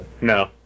No